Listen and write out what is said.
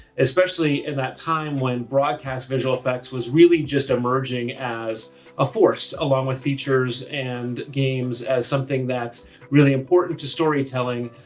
especially in that time when broadcast visual effects was really just emerging as a force, along with features, and games, as something that's really important to storytelling.